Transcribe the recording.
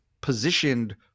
positioned